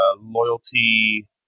Loyalty